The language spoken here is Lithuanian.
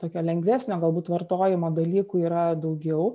tokio lengvesnio galbūt vartojimo dalykų yra daugiau